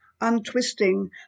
untwisting